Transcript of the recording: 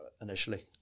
initially